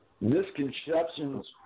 Misconceptions